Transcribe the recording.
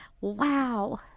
Wow